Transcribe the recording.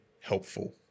helpful